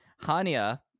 hania